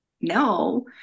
no